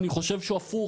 אני חושב שהוא הפוך.